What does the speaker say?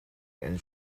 and